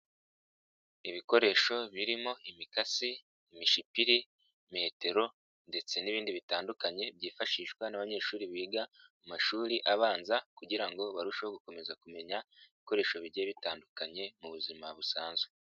Ibikoresho birimo imikasi, imishipiri, metero ndetse n'ibindi bitandukanye, byifashishwa n'abanyeshuri biga amashuri abanza kugira ngo barusheho gukomeza kumenya ibikoresho bigiye bitandukanye, mu buzima busanzwe.